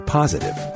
positive